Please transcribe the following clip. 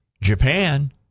Japan